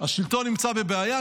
השלטון נמצא בעיה,